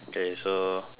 K so